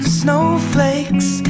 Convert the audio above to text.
snowflakes